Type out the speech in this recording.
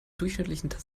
durchschnittlichen